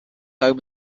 home